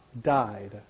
died